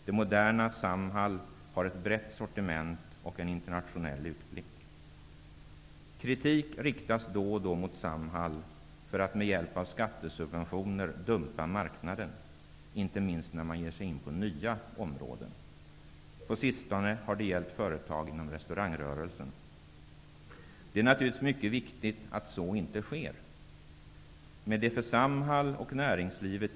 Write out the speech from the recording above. Det moderna Samhall har ett brett sortiment och en internationell utblick. Kritik riktas då och då mot Samhall för att det med hjälp av skattesubventioner skulle dumpa marknaden, inte minst när det ger sig in på nya områden. På sistone har det gällt företag inom restaurangrörelsen. Det är naturligtvis mycket viktigt att så inte sker.